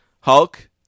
Hulk